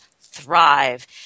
thrive